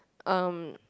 um